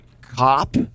cop